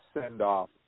send-off